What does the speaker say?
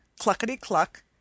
Cluckety-Cluck